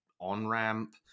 on-ramp